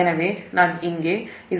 எனவே நான் இங்கே Z1 Ia1 Va1- Ea 0